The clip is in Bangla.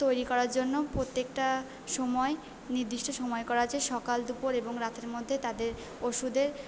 তৈরি করার জন্য প্রত্যেকটা সময় নির্দিষ্ট সময় করা আছে সকাল দুপুর এবং রাতের মধ্যে তাদের ওষুধের